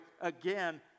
again